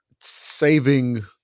saving